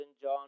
John